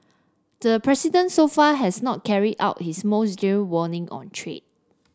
the president so far has not carried out his most dire warning on trade